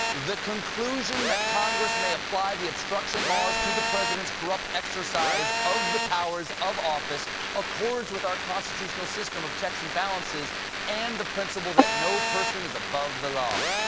the conclusion that congress may apply the obstruction laws to the president's corrupt exercise of the powers of office accords with our constitutional system of checks and balances and the principle that no person is above the law.